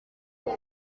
ndi